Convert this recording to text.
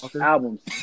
albums